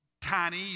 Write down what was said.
tiny